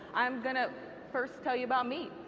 i'm going to first tell you about me.